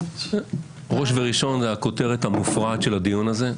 ראש וראשון זה הכותרת המופרעת של הדיון הזה,